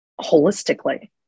holistically